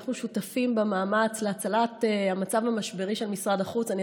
אנחנו שותפים במאמץ להצלת משרד החוץ מהמצב המשברי,